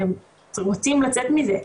שהם רוצים לצאת מזה.